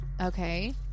Okay